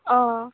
अ